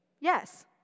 Yes